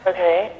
Okay